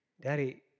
Daddy